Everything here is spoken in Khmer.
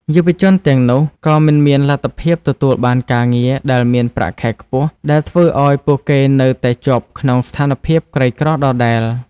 យុវជនទាំងនោះក៏មិនមានលទ្ធភាពទទួលបានការងារដែលមានប្រាក់ខែខ្ពស់ ដែលធ្វើឱ្យពួកគេនៅតែជាប់ក្នុងស្ថានភាពក្រីក្រដដែល។